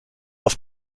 auf